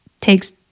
Takes